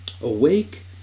awake